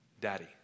Daddy